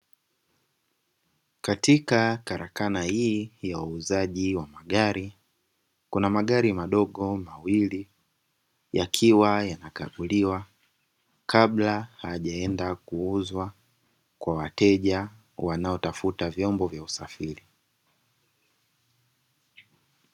Katika karakana hii ya wauzaji wa magari kuna magari madogo mawili yakiwa yanakaguliwa, kabla hayajaenda kuuzwa kwa wateja wanaotafuta vyombo vya usafiri.